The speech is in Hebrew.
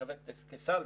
משווק את זה כסל.